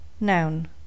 noun